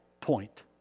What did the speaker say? point